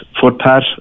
footpath